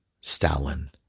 Stalin